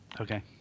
Okay